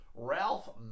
ralph